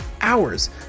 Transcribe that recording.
hours